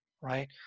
Right